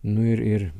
nu ir ir